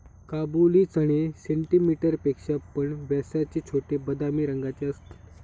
काबुली चणे सेंटीमीटर पेक्षा पण व्यासाचे छोटे, बदामी रंगाचे असतत